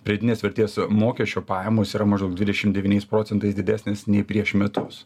pridėtinės vertės mokesčio pajamos yra maždaug dvidešim devyniais procentais didesnės nei prieš metus